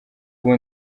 ubu